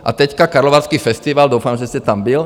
A teď karlovarský festival, doufám, že jste tam byl.